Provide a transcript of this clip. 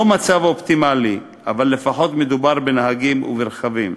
לא מצב אופטימלי, אבל לפחות מדובר בנהגים וברכבים.